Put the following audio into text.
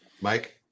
Mike